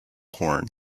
horn